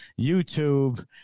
YouTube